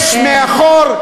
יש מאחור,